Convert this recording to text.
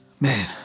Man